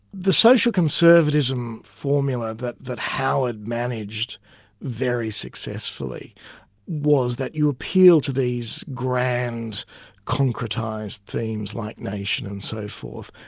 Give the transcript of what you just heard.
the social conservatism formula that that howard managed very successfully was that you appeal to these grand concretised themes like nation and so forth,